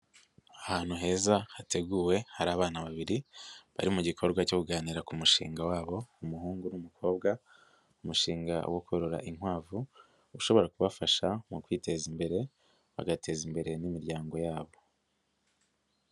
Ahantu heza hateguwe hari abana babiri bari mu gikorwa cyo kuganira ku mushinga wabo umuhungu n'umukobwa, umushinga wo korora inkwavu ushobora kubafasha mu kwiteza imbere bagateza imbere n'imiryango yabo.